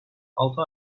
altı